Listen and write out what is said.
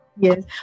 Yes